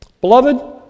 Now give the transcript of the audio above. Beloved